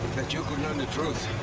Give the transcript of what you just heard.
that you could learn the truth.